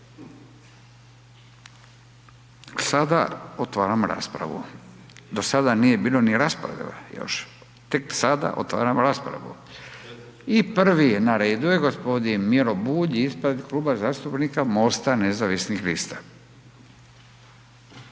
Sada otvaram raspravu. Do sada nije bilo ni rasprave još. Tek sada otvaram raspravu i prvi je na redu je g. Miro Bulj ispred Kluba zastupnika Mosta nezavisnih lista.